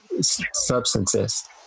substances